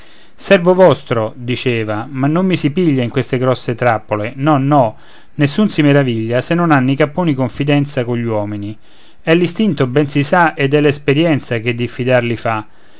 servo vostro dicea non mi si piglia in queste grosse trappole no no nessun si meraviglia se non hanno i capponi confidenza cogli uomini è l'istinto ben si sa ed è l'esperienza che diffidar li fa